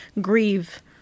grieve